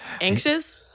Anxious